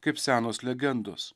kaip senos legendos